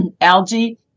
algae